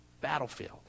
battlefield